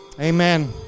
Amen